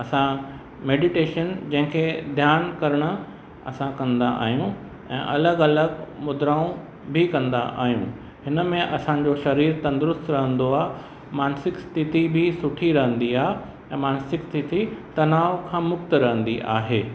असां मेडिटेशन जंहिंखे ध्यान करणु असां कंदा आहियूं ऐं अलॻि अलॻि मुदराऊं बि कंदा आहियूं हिनमें असांजो शरीरु तंदुरुस्त रहंदो आहे मानसिक स्थिति बि सुठी रहंदी आहे ऐं मानसिक स्थिति तनाव खां मुक्त रहंदी आहे